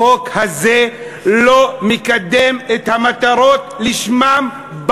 החוק הזה לא מקדם את המטרות שלשמן הוא